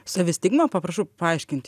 savistigma paprašau paaiškinti